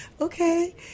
okay